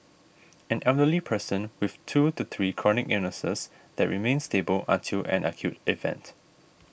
an elderly person with two to three chronic illnesses that remain stable until an acute event